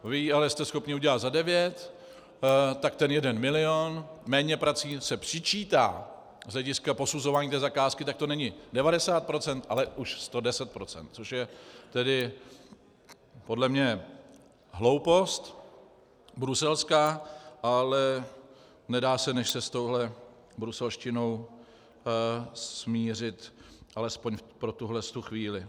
Vy ji ale jste schopni udělat za devět, tak ten jeden milion méněprací se přičítá z hlediska posuzování té zakázky, tak to není 90 %, ale už 110 %, což je tedy podle mě hloupost bruselská, ale nedá se než se s touhle bruselštinou smířit alespoň pro tuto chvíli.